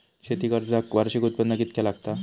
शेती कर्जाक वार्षिक उत्पन्न कितक्या लागता?